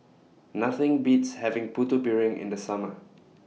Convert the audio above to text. Nothing Beats having Putu Piring in The Summer